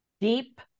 deep